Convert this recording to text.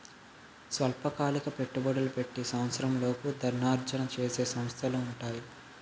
స్వల్పకాలిక పెట్టుబడులు పెట్టి సంవత్సరంలోపు ధనార్జన చేసే సంస్థలు ఉంటాయి